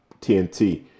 TNT